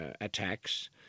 attacks